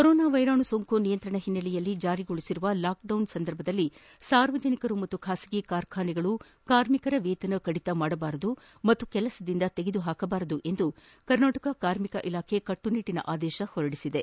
corona ವೈರಾಣು ಸೋಂಕು ನಿಯಂತ್ರಣ ಹಿನ್ನೆಲೆಯಲ್ಲಿ ಜಾರಿಗೊಳಿಸಿರುವ ಲಾಕ್ಡೌನ್ ಸಂದರ್ಭದಲ್ಲಿ ಸಾರ್ವಜನಿಕ ಹಾಗೂ ಖಾಸಗಿ ಕಾರ್ಖಾನೆಗಳು ಕಾರ್ಮಿಕರ ವೇತನ ಕಡಿತ ಮಾಡಬಾರದು ಹಾಗೂ ಕೆಲಸದಿಂದ ತೆಗೆದುಹಾಕಬಾರದು ಎಂದು ಕರ್ನಾಟಕ ಕಾರ್ಮಿಕ ಇಲಾಖೆ ಕಟ್ಲುನಿಟ್ಲನ ಆದೇಶ ಹೊರಡಿಸಿದೆ